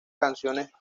canciones